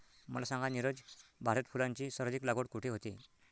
मला सांगा नीरज, भारतात फुलांची सर्वाधिक लागवड कुठे होते?